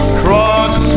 cross